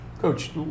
Coach